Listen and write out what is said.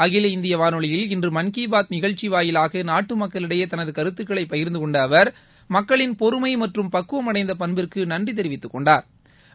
அகில இந்திய வானொலியில் இன்று மன் கீ பாத் நிகழ்ச்சி வாயிலாக நாட்டு மக்களிடையே தனது கருத்துக்களை பகிர்ந்துக்கொண்ட அவர் மக்களின் பொறுமை மற்றும் பக்குவம் அடைந்த பண்பிற்கு நன்றி தொவித்துக் கொண்டாா்